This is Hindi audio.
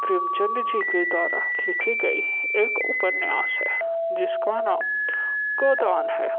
प्रेमचंद जी के द्वारा लिखी गई एक उपन्यास है जिसका नाम गोदान है